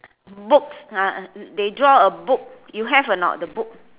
books ah they draw a book you have or not the book